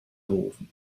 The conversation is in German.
berufen